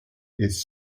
its